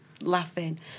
Laughing